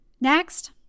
Next